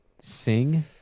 Sing